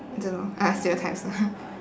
don't know ah stereotypes lah ha